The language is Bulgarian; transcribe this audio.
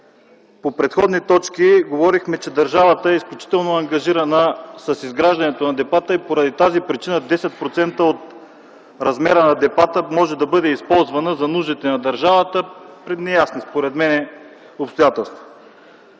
В предходните точки говорихме, че държавата е изключително ангажирана с изграждането на депата и поради тази причина 10% от размера на депата могат да бъдат използвани за нуждите на държавата при неясни според мен обстоятелства.